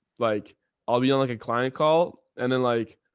like i'll be on like a client call and then like,